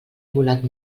volat